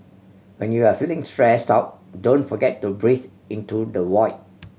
when you are feeling stressed out don't forget to breathe into the void